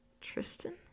Tristan